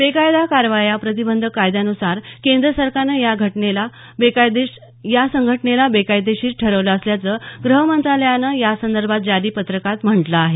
बेकायदा कारवाया प्रतिबंधक कायद्यान्सार केंद्र सरकारनं या संघटनेला बेकायदेशीर ठरवलं असल्याचं ग्रह मंत्रालयानं यासंदर्भात जारी पत्रकात म्हटलं आहे